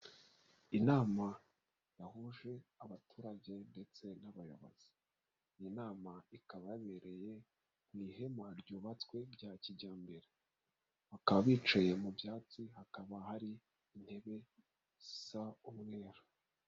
Inama yahuje abaturage ndetse n'abayobozi. Iyi nama ikaba yabereye mu ihema ryubatswe rya kijyambere. Bakaba bicaye mu byatsi, hakaba hari intebe zisa umweru.